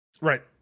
Right